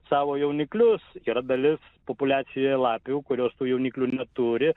savo jauniklius yra dalis populiacijoje lapių kurios tų jauniklių neturi